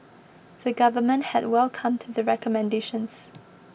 the Government had welcomed the recommendations